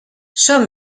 som